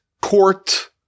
court